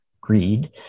greed